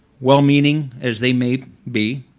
well-meaning as they may be,